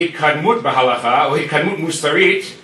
התקדמות בהלכה או התקדמות מוסרית